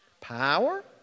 Power